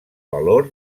valor